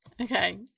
Okay